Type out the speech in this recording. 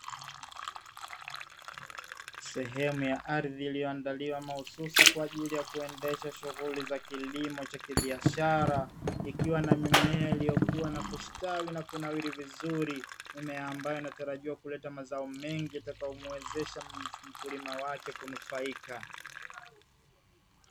Sehemu ya ardhi iliyoandaliwa mahususi kwa ajili ya kuendesha shughuli za kilimo cha kibiashara, ikiwa na mimea iliyokua na kustawi na kunawiri vizuri, mimea ambayo inatarajiwa kuleta mazao mengi itakayomuwezesha mkulima wake kunufaika.